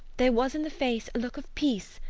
there was in the face a look of peace,